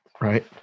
right